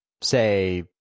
say